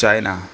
China